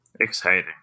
Exciting